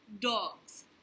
dogs